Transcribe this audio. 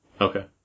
okay